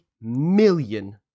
million